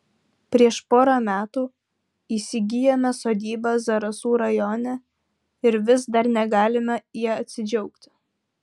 prieš porą metų įsigijome sodybą zarasų rajone ir vis dar negalime ja atsidžiaugti